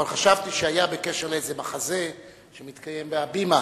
אבל חשבתי שהיה, בקשר לאיזה מחזה שמתקיים ב"הבימה"